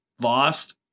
lost